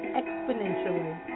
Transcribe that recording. exponentially